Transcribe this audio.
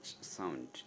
sound